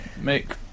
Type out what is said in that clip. make